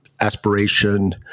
aspiration